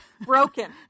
Broken